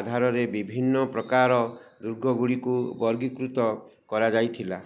ଆଧାରରେ ବିଭିନ୍ନ ପ୍ରକାରର ଦୁର୍ଗଗୁଡ଼ିକୁ ବର୍ଗୀକୃତ କରାଯାଇଥିଲା